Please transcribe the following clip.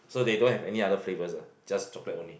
so they don't have any other flavours ah just chocolate only